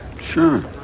sure